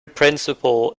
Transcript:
principle